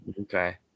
Okay